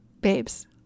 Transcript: babes